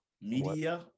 Media